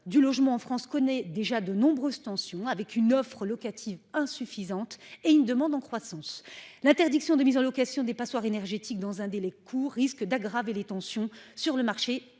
du logement en France connaît déjà de nombreuses tensions avec une offre locative insuffisante et une demande en croissance. L'interdiction de mise en location des passoires énergétiques dans un délai court, risque d'aggraver les tensions sur le marché